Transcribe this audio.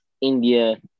India